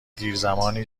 دیرزمانی